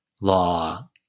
law